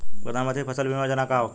प्रधानमंत्री फसल बीमा योजना का होखेला?